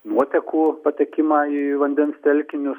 nuotekų patekimą į vandens telkinius